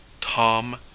Tom